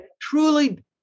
truly